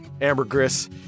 ambergris